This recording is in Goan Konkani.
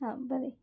हां बरें